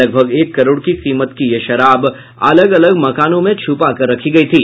लगभग एक करोड़ की कीमत की ये शराब अलग अलग मकानों में छपाकर रखी गयी थी